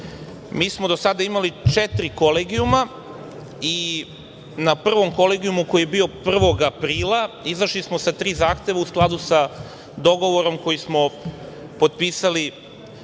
Mi smo do sada imali četiri kolegijuma i na Prvom kolegijumu koji je bio 1. aprila izašli smo sa tri zahteva u skladu sa dogovorom koji smo potpisali,